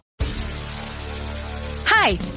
Hi